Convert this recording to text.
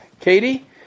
Katie